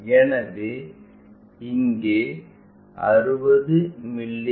எனவே இங்கே 60 மி